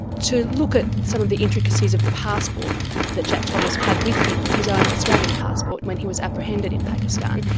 to look at some of the intricacies of the passport that jack thomas had with him, his own australian passport when he was apprehended in pakistan,